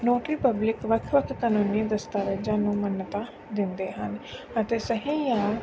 notary public ਵੱਖ ਵੱਖ ਕਾਨੂੰਨੀ ਦਸਤਾਵੇਜ਼ਾਂ ਨੂੰ ਮਾਨਤਾ ਦਿੰਦੇ ਹਨ ਅਤੇ ਸਹੀ ਜਾਂ